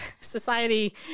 society